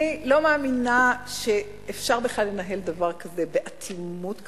אני לא מאמינה שאפשר בכלל לנהל דבר כזה באטימות כזאת,